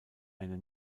eine